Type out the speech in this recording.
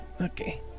okay